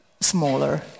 smaller